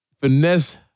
Finesse